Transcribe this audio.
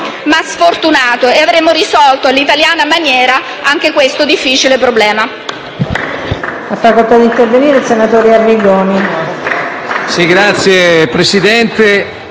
ma sfortunato, e avremo risolto, all'italiana maniera, anche questo difficile problema.